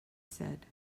said